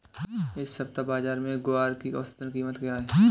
इस सप्ताह बाज़ार में ग्वार की औसतन कीमत क्या रहेगी?